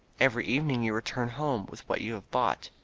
every evening you return home with what you have bought.